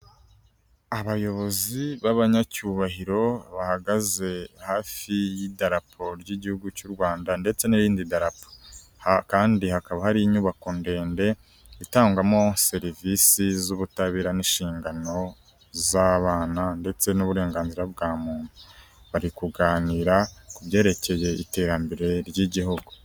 Abayobozi b'abanyacyubahiro bahagaze hafi y'idaraporo ry'igihugu cy'u Rwanda ndetse n'irindi rapo kandi hakaba hari inyubako ndende itangwamo serivisi z'ubutabera n'inshingano z'abana ndetse n'uburenganzira bwa muntu, bari kuganira ku byerekeye iterambere ry'igihugu.